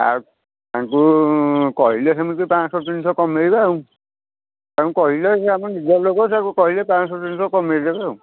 ଆଉ ତାଙ୍କୁ କହିଲେ ସେମିତି ପାଁଶହ ତିନିଶହ କମେଇବା ଆଉ ତାଙ୍କୁ କହିଲେ ସିଏ ଆମ ନିଜ ଲୋକ ସେ କହିଲେ ପାଁଶହ ତିନିଶହ କମାଇଦେବେ ଆଉ